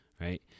Right